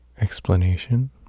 explanation